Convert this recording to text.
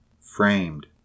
framed